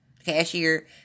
cashier